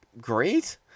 Great